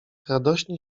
radośnie